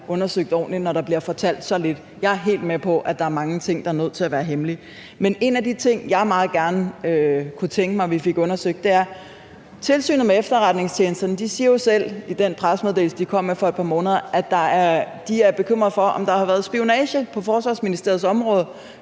undersøgt ordentligt – når der bliver fortalt så lidt. Jeg er helt med på, at der er mange ting, der er nødt til at være hemmelige, men en af de ting, jeg meget gerne kunne tænke mig vi fik undersøgt, er i forhold til det, Tilsynet med Efterretningstjenesterne jo selv siger i den pressemeddelelse, de kom med for et par måneder siden, nemlig at de er bekymrede for, om der har været spionage på Forsvarsministeriets område,